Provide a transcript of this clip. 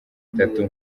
itatu